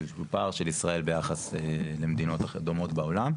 שיש פה פער של ישראל ביחס למדינות דומות בעולם.